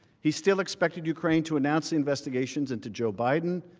he still expected ukraine to announce the investigations into joe biden,